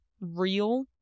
real